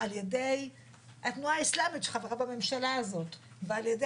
על ידי התנועה האסלאמית שחברה בממשלה הזאת ועל ידי